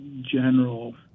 general